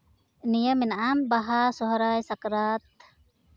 ᱱᱤᱭᱟᱹ ᱢᱮᱱᱟᱜᱼᱟ ᱵᱟᱦᱟ ᱥᱚᱦᱚᱨᱟᱭ ᱥᱟᱠᱨᱟᱛ